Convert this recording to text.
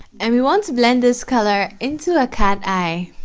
and we want to blend this color into a cat eye